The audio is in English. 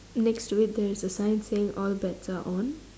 next to it there is a sign saying all bets are on